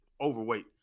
overweight